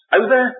over